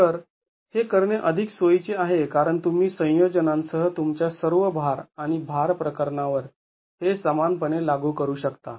तर हे करणे अधिक सोयीचे आहे कारण तुम्ही संयोजनांसह तुमच्या सर्व भार आणि भार प्रकरणावर हे समानपणे लागू करू शकता